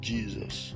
Jesus